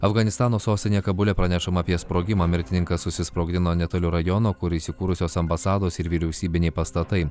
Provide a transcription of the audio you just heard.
afganistano sostinėje kabule pranešama apie sprogimą mirtininkas susisprogdino netoli rajono kur įsikūrusios ambasados ir vyriausybiniai pastatai